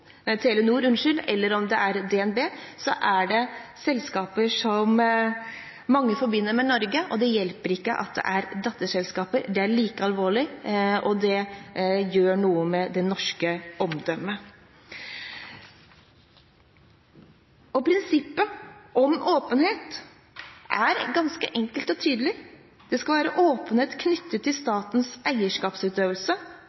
det selskaper som mange forbinder med Norge, og det hjelper ikke at det er datterselskaper, for det er like alvorlig, og det gjør noe med det norske omdømmet. Prinsippet om åpenhet er ganske enkelt og tydelig. Det skal være åpenhet knyttet til